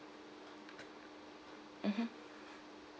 mmhmm